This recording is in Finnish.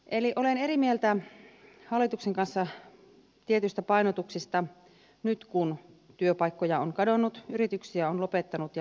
eli olen eri mieltä hallituksen kanssa tietyistä painotuksista nyt kun työpaikkoja on kadonnut yrityksiä on lopettanut ja meillä on työnantajapula